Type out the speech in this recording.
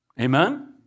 Amen